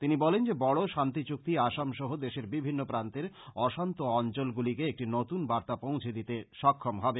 তিনি বলেন যে বড়ো শান্তি চুক্তি আসাম সহ দেশের বিভিন্ন প্রান্তের অশান্ত অঞ্চল গুলিকে একটি নতুন বার্তা পৌছে দিতে সক্ষম হবে